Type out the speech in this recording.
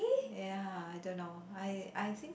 ya I don't know I I think